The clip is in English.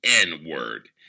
N-word